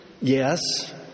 Yes